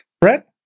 Brett